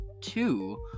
two